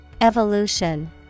evolution